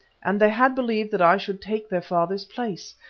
and they had believed that i should take their father's place,